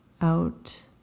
out